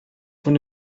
von